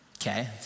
Okay